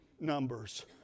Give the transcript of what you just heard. numbers